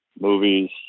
movies